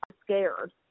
scared